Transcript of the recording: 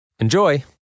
Enjoy